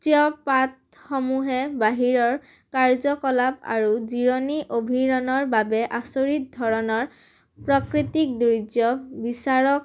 শ্যপাতসমূহে বাহিৰৰ কাৰ্যকলাপ আৰু জিৰণি অভিৰণৰ বাবে আচৰিত ধৰণৰ প্ৰাকৃতিক দুৰ্য বিচাৰক